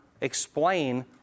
explain